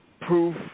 proof